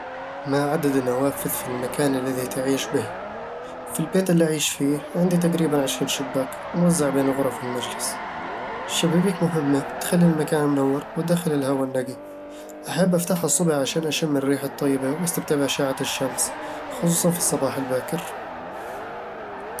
ما عدد النوافذ في المكان الذي تعيش به؟ في البيت اللي أعيش فيه، عندي تقريبًا عشرين شباك، موزعة بين الغرف والمجلس الشبابيك مهمة، تخلّي المكان منور وتدخل الهواء النقي أحب أفتحها الصبح عشان أشم الريح الطيبة وأستمتع بأشعة الشمس خصوصا في الصباح الباكر